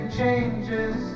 changes